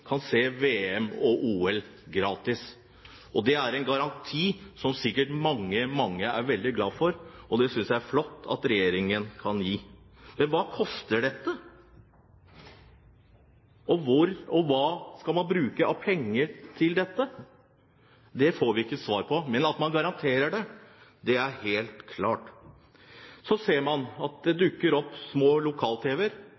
kan se VM og OL gratis. Det er en garanti som sikkert mange, mange er veldig glad for, og det synes jeg er flott at regjeringen kan gi. Men hva koster dette? Og hva skal man bruke av penger til dette? Det får vi ikke svar på, men at man garanterer det, det er helt klart. Så ser man at det